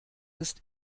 ist